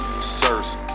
sirs